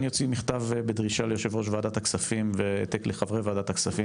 אני אוציא מכתב בדרישה ליושב ראש ועדת הכספים והעתק לחברי ועדת הכספים,